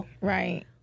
right